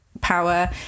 Power